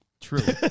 true